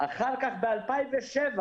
אחר כך, ב-2007,